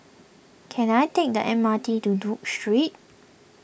can I take the M R T to Duke Street